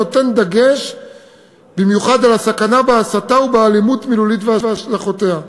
בדגש מיוחד על הסכנה שבהסתה ועל אלימות מילולית והשלכותיה.